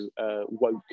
woke